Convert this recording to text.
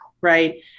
Right